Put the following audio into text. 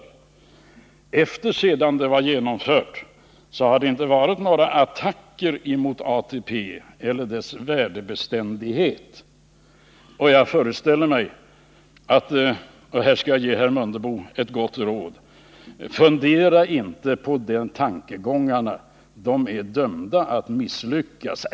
Sedan reformen hade genomförts har det inte varit några attacker mot ATP eller dess värdebeständighet. Här skulle jag vilja ge herr Mundebo ett gott råd: Fundera inte på sådana tankegångar — de är dömda att misslyckas.